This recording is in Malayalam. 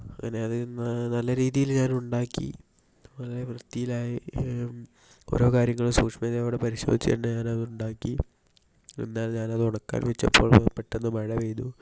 അങ്ങനെ അത് നല്ല രിതിയിൽ ഞാൻ ഉണ്ടാക്കി വളരെ വൃത്തിയിലായി ഓരോ കാര്യങ്ങളും സൂക്ഷ്മതയോടെ പരിശോധിച്ച് തന്നെ ഉണ്ടാക്കി എന്നാൽ ഞാൻ അത് ഉണക്കാൻ വെച്ചപ്പോൾ പെട്ടെന്ന് മഴ പെയ്തു